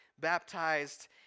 baptized